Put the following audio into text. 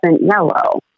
yellow